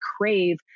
crave